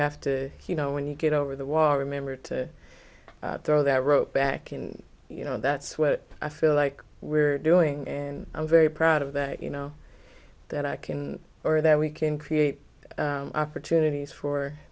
have to you know when you get over the wall remember to throw that rope back and you know that's what i feel like we're doing and i'm very proud of that you know that i can or that we can create opportunities for